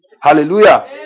Hallelujah